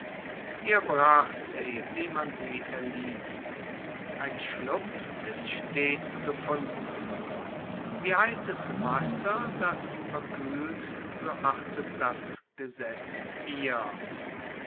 ihr bracht sie wie man sie erliess ein schlupf ist stets gefunden wie heisses wasser das verkuehlt so achtet das gesetz ihr